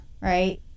right